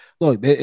Look